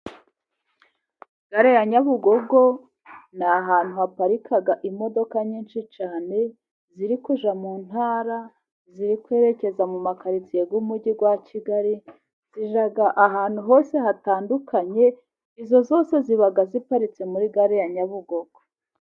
Gare ya Nyabugogo ni ahantu haparika imodoka nyinshi cyane, ziri kujya mu ntara, ziri kwerekeza mu makaritsiye y'Umujyi wa Kigali, zijya ahantu hose hatandukanye, izo zose ziba ziparitse muri Gare ya Nyabugogo.